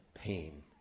pain